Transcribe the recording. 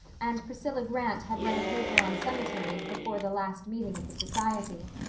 and priscilla grant had read a paper on cemeteries before the last meeting of the society.